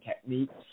techniques